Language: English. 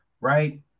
right